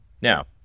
Now